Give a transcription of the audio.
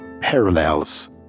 parallels